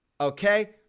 okay